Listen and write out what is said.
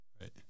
Right